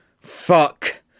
Fuck